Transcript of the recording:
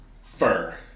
fur